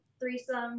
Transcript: threesome